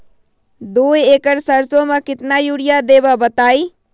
दो एकड़ सरसो म केतना यूरिया देब बताई?